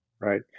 right